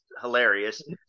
hilarious